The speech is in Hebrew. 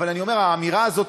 אבל על האמירה הזאת